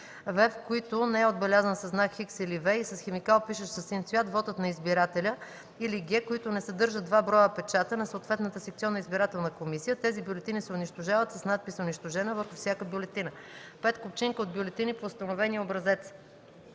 в) в които не е отбелязан със знак „Х” или „V” и с химикал, пишещ със син цвят, вотът на избирателя, или г) които не съдържат два броя печата на съответната секционна избирателна комисия; тези бюлетини се унищожават с надпис „унищожена” върху всяка бюлетина; 5. купчинка от бюлетини по установения образец: